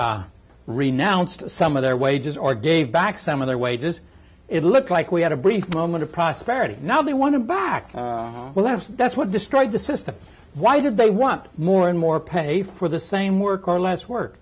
renounced some of their wages or gave back some of their wages it looked like we had a brief moment of prosperity now they want to back left that's what destroyed the system why did they want more and more pay for the same work or less work